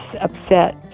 upset